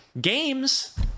games